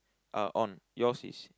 uh on yours is